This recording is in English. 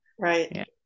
Right